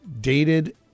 Dated